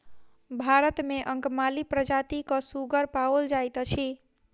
भारत मे अंगमाली प्रजातिक सुगर पाओल जाइत अछि